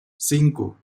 cinco